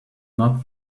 not